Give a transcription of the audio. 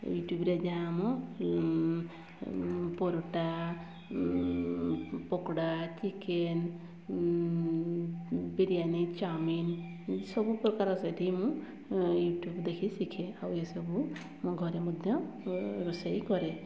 ୟୁଟ୍ୟୁବରେ ଯାହା ମୁଁ ପରଟା ପକୋଡ଼ା ଚିକେନ୍ ବିରିୟାନୀ ଚାଉମିନ୍ ସବୁ ପ୍ରକାର ସେଠି ମୁଁ ୟୁଟ୍ୟୁବ୍ ଦେଖି ଶିଖେ ଆଉ ଏସବୁ ମୁଁ ଘରେ ମଧ୍ୟ ମୋ ରୋଷେଇ କରେ